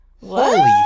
Holy